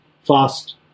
fast